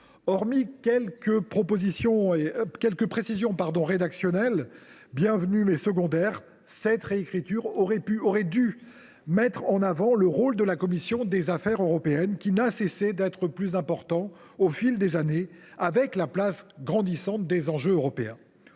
Hormis quelques précisions rédactionnelles bienvenues, mais secondaires, cette réécriture aurait pu et dû mettre en avant le rôle de la commission des affaires européennes, qui n’a cessé de croître au fil des années à mesure que les enjeux européens